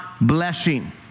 blessing